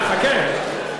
חכה.